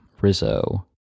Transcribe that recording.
Rizzo